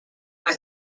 was